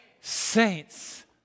Saints